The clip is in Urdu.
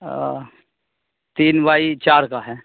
تین بائی چار کا ہے